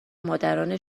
مادران